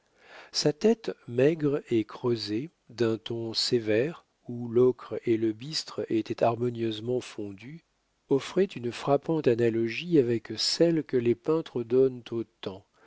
sa tête maigre et creusée d'un ton sévère où l'ocre et le bistre étaient harmonieusement fondus offrait une frappante analogie avec celle que les peintres donnent